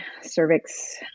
cervix